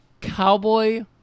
Cowboy